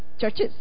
Churches